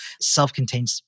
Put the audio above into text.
self-contained